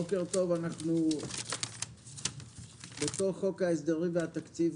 בוקר טוב אנחנו בתוך חוק ההסדרים והתקציב,